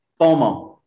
fomo